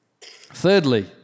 Thirdly